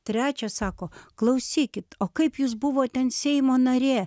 trečia sako klausykit o kaip jūs buvot ten seimo narė